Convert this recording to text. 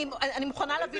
אני מוכנה להביא